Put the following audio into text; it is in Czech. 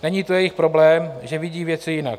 Není to jejich problém, že vidí věci jinak.